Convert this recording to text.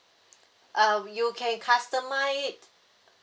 uh you can customise it